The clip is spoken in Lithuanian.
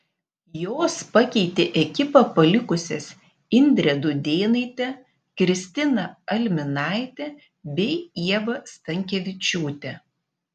jos pakeitė ekipą palikusias indrę dudėnaitę kristiną alminaitę bei ievą stankevičiūtę